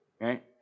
right